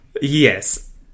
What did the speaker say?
Yes